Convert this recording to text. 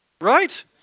Right